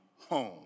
home